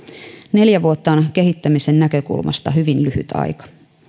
neljä vuotta on kehittämisen näkökulmasta hyvin lyhyt aika